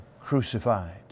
crucified